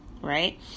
right